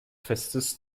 festes